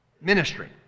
ministry